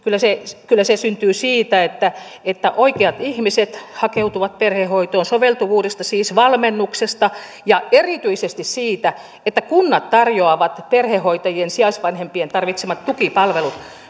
kyllä se syntyy siitä että että oikeat ihmiset hakeutuvat perhehoitoon soveltuvuudesta siis valmennuksesta ja erityisesti siitä että kunnat tarjoavat perhehoitajien sijaisvanhempien tarvitsemat tukipalvelut